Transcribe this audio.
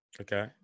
Okay